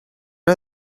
are